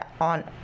on